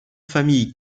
familles